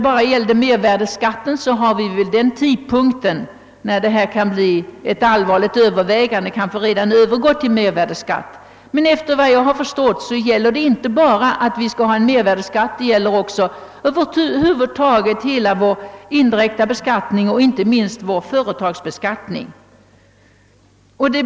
Beträffande mervärdeskatten har vi kanske vid den tidpunkt, när det verkligen kommer till allvarliga överväganden på detta område, redan övergått till denna beskattningsform. Enligt vad jag förstår gäller förändringarna vid en anpassning emellertid inte bara införande av mervärdeskatt utan vår indirekta beskattning över huvud taget, inte minst vår företagsbeskattning torde få ändras.